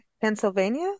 Pennsylvania